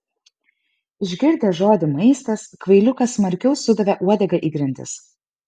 išgirdęs žodį maistas kvailiukas smarkiau sudavė uodega į grindis